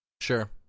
Sure